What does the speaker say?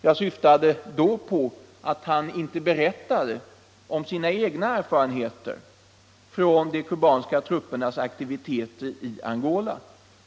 Jag syftade då på att han inte berättade om sina egna erfarenheter från de kubanska truppernas aktivitet i Angola.